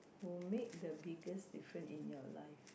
will make the biggest different in your life